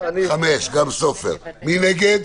מי נגד?